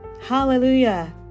Hallelujah